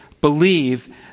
believe